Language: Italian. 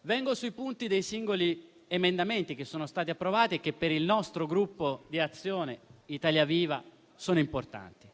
dei punti e dei singoli emendamenti che sono stati approvati e che per il Gruppo Azione-Italia Viva-RenewEurope sono importanti.